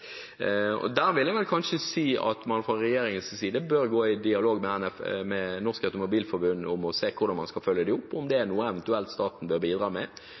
Der vil jeg vel kanskje si at man fra regjeringens side bør gå i dialog med Norsk Automobil-Forbund for å se på hvordan man skal følge dem opp, og om det er noe staten eventuelt bør bidra med.